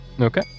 Okay